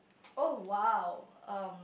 oh !wow! um